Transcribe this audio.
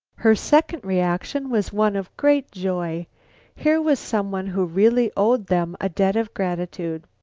her second reaction was one of great joy here was someone who really owed them a debt of gratitude.